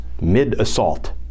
mid-assault